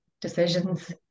decisions